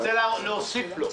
אני רוצה להוסיף לו.